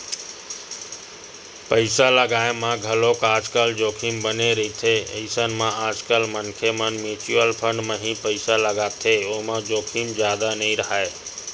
पइसा लगाय म घलोक आजकल जोखिम बने रहिथे अइसन म आजकल मनखे मन म्युचुअल फंड म ही पइसा लगाथे ओमा जोखिम जादा नइ राहय